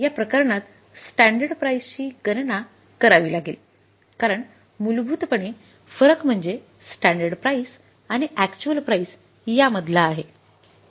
या प्रकरणात स्टॅंडर्ड प्राईसची गणना करावी लागेल कारण मूलभूतपणे फरक म्हणजे स्टॅंडर्ड प्राईस आणि अॅक्च्युअल प्राइस यामधला आहे